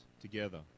together